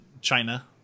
China